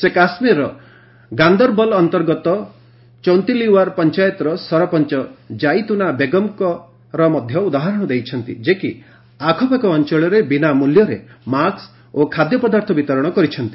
ସେ କାଶ୍ମୀର୍ର ଗାନ୍ଦରବଲ୍ ଅନ୍ତର୍ଗତ ଚୌନ୍ତଲିୱାର୍ ପଞ୍ଚାୟତର ସରପଞ୍ଚ ଜାଇତୁନା ବେଗମ୍ଙ୍କର ମଧ୍ୟ ଉଦାହରଣ ଦେଇଛନ୍ତି ଯେ କି ଆଖପାଖ ଅଞ୍ଚଳରେ ବିନାମଲ୍ୟରେ ମାସ୍କ ଓ ଖାଦ୍ୟପଦାର୍ଥ ବିତରଣ କରିଛନ୍ତି